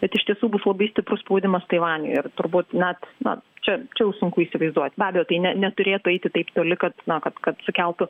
bet iš tiesų bus labai stiprus spaudimas taivaniui ir turbūt net na čia čia jau sunku įsivaizduot be abejo tai ne neturėtų eiti taip toli kad na kad kad sukeltų